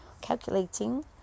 calculating